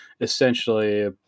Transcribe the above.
essentially